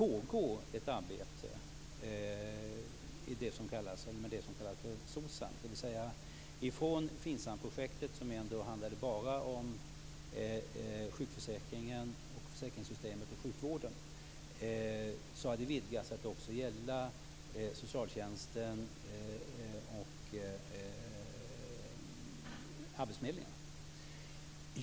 Fru talman! Det pågår ett arbete med det som kallas SOCSAM. Från FINSAM-projektet, som bara handlade om sjukförsäkringen, försäkringssystemet och sjukvården, har det vidgats till att också gälla socialtjänsten och arbetsförmedlingarna.